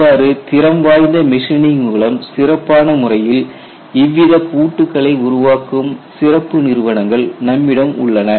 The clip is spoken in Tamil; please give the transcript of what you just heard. இவ்வாறு திறம் வாய்ந்த மெஷினிங் மூலம் சிறப்பான முறையில் இவ்வித பூட்டுகளை உருவாக்கும் சிறப்பு நிறுவனங்கள் நம்மிடம் உள்ளன